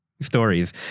stories